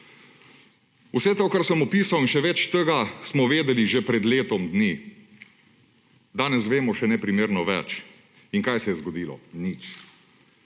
Vse to, kar sem opisal, in še več tega smo vedeli že pred letom dni. Danes vemo še neprimerno več. In kaj se je zgodilo? Nič.